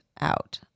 out